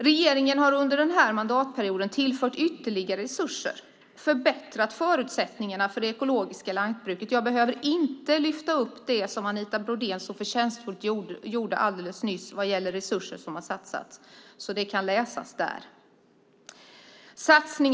Regeringen har under mandatperioden tillfört ytterligare resurser och förbättrat förutsättningarna för det ekologiska lantbruket. Jag behöver inte lyfta upp det som Anita Brodén så förtjänstfullt redogjorde för beträffande resurser som har satsats. Det kan man läsa i protokollet.